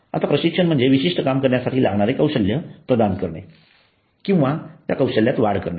आता प्रशिक्षण म्हणजे विशिष्ट काम करण्यासाठी लागणारे कौशल्य प्रदान करणे किंवा ते कौशल्यात वाढ करणे